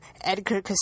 Edgar